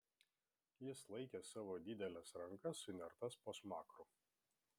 jis laikė savo dideles rankas sunertas po smakru